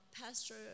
pastor